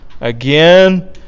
Again